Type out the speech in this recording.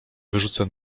wyrzucę